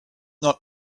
not